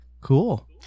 cool